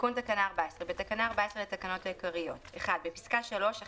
תיקון תקנה 14 בתקנה 14 לתקנות העיקריות בפסקה (3) ,